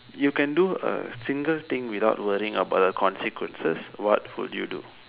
you can do a single thing without worrying about the consequences what will you do